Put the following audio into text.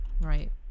Right